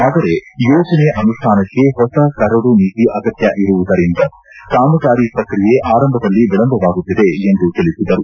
ಆದರೆ ಯೋಜನೆ ಅನುಷ್ಟಾನಕ್ಕೆ ಹೊಸ ಕರಡು ನೀತಿ ಅಗತ್ಯ ಇರುವುದರಿಂದ ಕಾಮಗಾರಿ ಪ್ರಕ್ರಿಯೆ ಆರಂಭದಲ್ಲಿ ವಿಳಂಬವಾಗುತ್ತಿದೆ ಎಂದು ತಿಳಿಸಿದರು